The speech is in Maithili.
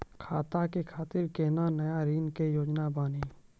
खेती के खातिर कोनो नया ऋण के योजना बानी?